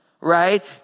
right